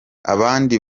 abandi